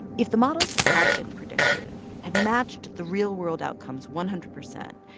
if the models had been predictive, had matched the real world outcomes one hundred percent,